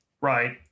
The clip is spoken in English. right